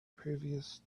previous